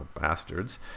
bastards